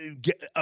get, –